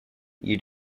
you